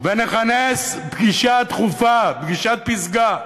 ונכנס פגישה דחופה, פגישת פסגה,